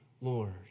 Lord